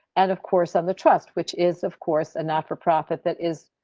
and, of course, of the trust, which is, of course, and not for profit. that is.